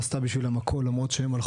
שלנו.